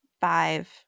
Five